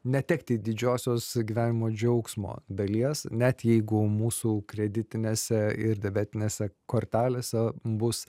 netekti didžiosios gyvenimo džiaugsmo dalies net jeigu mūsų kreditinėse ir debetinėse kortelėse bus